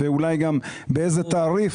ואולי גם באיזה תעריף,